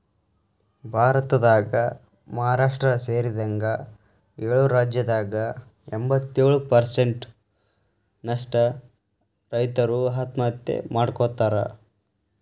ಭಾರತದಾಗ ಮಹಾರಾಷ್ಟ್ರ ಸೇರಿದಂಗ ಏಳು ರಾಜ್ಯದಾಗ ಎಂಬತ್ತಯೊಳು ಪ್ರಸೆಂಟ್ ನಷ್ಟ ರೈತರು ಆತ್ಮಹತ್ಯೆ ಮಾಡ್ಕೋತಾರ